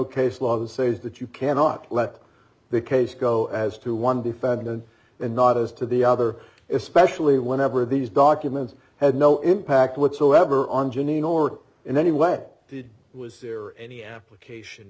case law that says that you cannot let the case go as to one defendant and not as to the other especially whenever these documents had no impact whatsoever on jeanine or in any way did was there ready any application